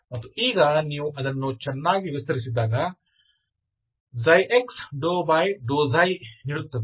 ಮತ್ತು ಈಗ ನೀವು ಅದನ್ನು ಚೆನ್ನಾಗಿ ವಿಸ್ತರಿಸಿದಾಗ ξx ನೀಡುತ್ತದೆ